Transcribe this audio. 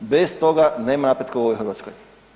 Bez toga nema napretka u ovoj Hrvatskoj.